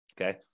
Okay